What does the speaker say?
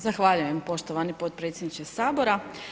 Zahvaljujem poštovani potpredsjedniče Sabora.